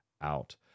out